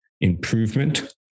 improvement